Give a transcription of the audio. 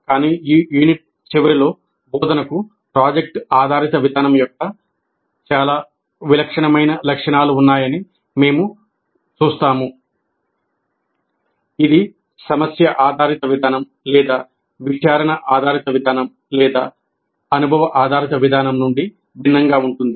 కానీ ఈ యూనిట్ చివరిలో బోధనకు ప్రాజెక్ట్ ఆధారిత విధానం యొక్క చాలా విలక్షణమైన లక్షణాలు ఉన్నాయని మేము చూస్తాము ఇది సమస్య ఆధారిత విధానం లేదా విచారణ ఆధారిత విధానం లేదా అనుభవ ఆధారిత విధానం నుండి భిన్నంగా ఉంటుంది